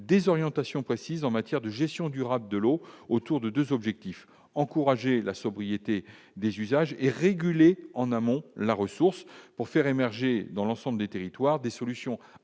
des orientations précises en matière de gestion durable de l'eau autour de 2 objectifs, encourager la sobriété des usages et réguler en amont la ressource pour faire émerger dans l'ensemble du territoire des solutions adaptées